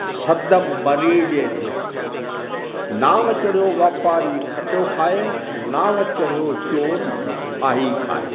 सत मरीज हिते नाव चढ़ियो वापारी खटियो खाए नाव चढ़ियो चोर आई खाए